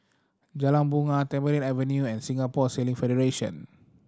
Jalan Bungar Tamarind Avenue and Singapore Sailing Federation